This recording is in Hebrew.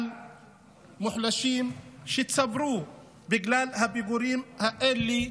מוחלשים שצברו הרבה חובות בגלל הפיגורים האלה.